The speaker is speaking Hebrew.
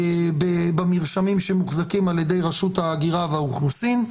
במרשמים שמוחזקים על ידי רשות ההגירה והאוכלוסין,